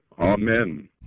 Amen